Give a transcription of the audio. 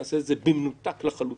נעשה את זה במנותק לחלוטין